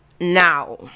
Now